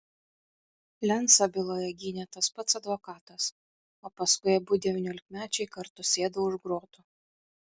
lencą byloje gynė tas pats advokatas o paskui abu devyniolikmečiai kartu sėdo už grotų